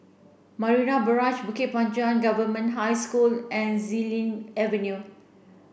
Marina Barrage Bukit Panjang Government High School and Xilin Avenue